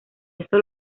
esto